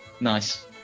Nice